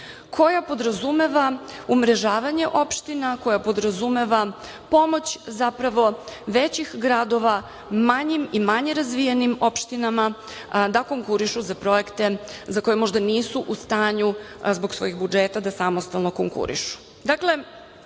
koja podrazumeva umrežavanje opština, koja podrazumeva pomoć zapravo većih gradova manjim i manje razvijenim opštinama da konkurišu za projekte za koje možda nisu u stanju zbog svojih budžeta da samostalno konkurišu. Dakle,